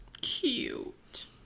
Cute